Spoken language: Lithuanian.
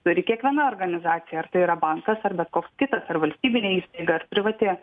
turi kiekviena organizacija ar tai yra bankas ar bet koks kitas ar valstybinė įstaiga ar privati